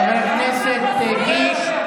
חבר הכנסת קיש,